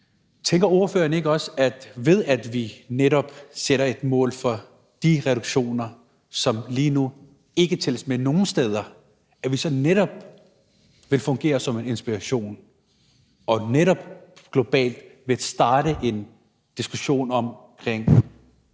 Tænker ordføreren ikke også, at det, at vi sætter et mål for de reduktioner, som lige nu ikke tælles med nogen steder, netop vil fungere som en inspiration, som globalt vil starte en diskussion om,